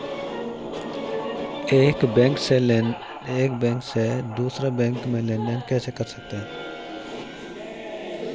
एक बैंक से दूसरे बैंक में लेनदेन कैसे कर सकते हैं?